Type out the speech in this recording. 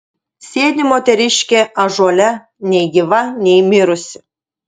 sėdi moteriškė ąžuole nei gyva nei mirusi